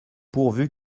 pourvu